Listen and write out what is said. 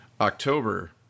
October